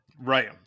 Right